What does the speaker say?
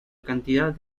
cantidad